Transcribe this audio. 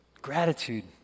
Gratitude